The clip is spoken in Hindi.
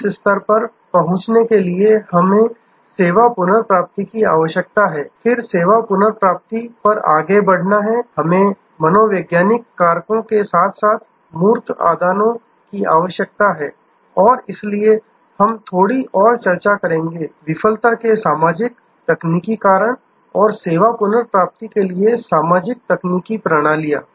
इस स्तर पर पहुंचने के लिए हमें सेवा पुनर्प्राप्ति की आवश्यकता है फिर सेवा पुनर्प्राप्ति पर आगे बढ़ना है हमें मनोवैज्ञानिक कारकों के साथ साथ मूर्त आदानों की आवश्यकता है और इसलिए हम थोड़ी और चर्चा करेंगे विफलता के सामाजिक तकनीकी कारण और सेवा पुनर्प्राप्ति के लिए सामाजिक तकनीकी प्रणालियां